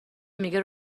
میگه